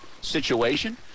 situation